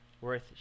Worth